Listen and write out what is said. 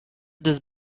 this